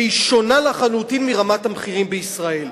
שהיא שונה לחלוטין מרמת המחירים בישראל.